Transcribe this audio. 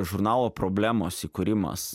žurnalo problemos įkūrimas